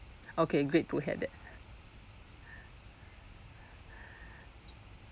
okay great to hear that